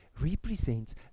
represents